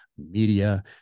Media